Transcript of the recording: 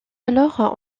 alors